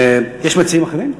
יש מציעים אחרים?